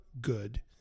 good